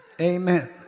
Amen